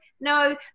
no